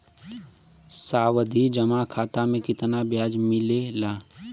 सावधि जमा खाता मे कितना ब्याज मिले ला?